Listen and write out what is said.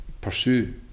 pursue